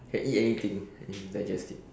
can eat anything and digest it